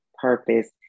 Purpose